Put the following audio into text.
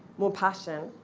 more passion.